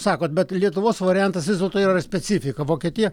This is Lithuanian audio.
sakot bet lietuvos variantas vis dėlto yra specifika vokietija